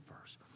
first